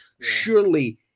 surely